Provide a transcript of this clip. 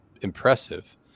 impressive